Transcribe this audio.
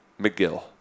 McGill